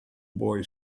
boy